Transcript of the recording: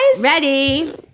ready